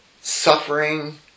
suffering